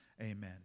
Amen